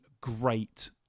great